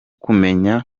kumenya